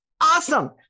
Awesome